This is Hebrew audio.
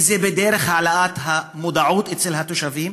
אם זה בדרך של העלאת המודעות אצל התושבים